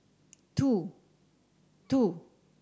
two two